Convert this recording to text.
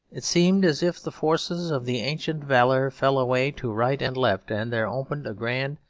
it seemed as if the forces of the ancient valour fell away to right and left and there opened a grand,